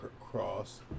cross